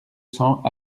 cents